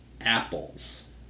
apples